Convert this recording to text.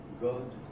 God